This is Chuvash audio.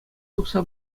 тухса